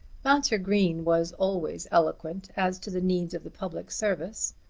mounser green was always eloquent as to the needs of the public service,